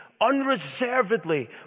unreservedly